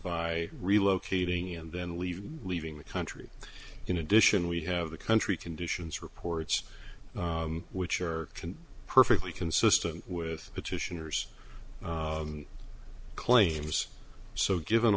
by relocating him then leaving leaving the country in addition we have the country conditions reports which are perfectly consistent with petitioners claims so given